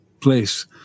place